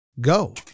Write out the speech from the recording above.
Go